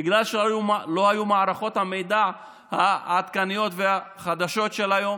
בגלל שלא היו מערכות המידע העדכניות והחדשות של היום,